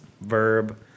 verb